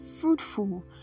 fruitful